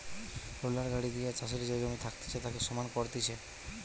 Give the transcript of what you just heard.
roller গাড়ি দিয়ে চাষের যে জমি থাকতিছে তাকে সমান করতিছে